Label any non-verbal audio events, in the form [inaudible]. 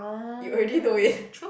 you already know it [laughs]